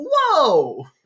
whoa